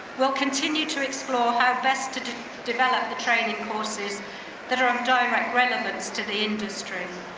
will continue to explore how best to develop the training courses that are on direct relevance to the industry.